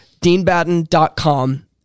deanbatten.com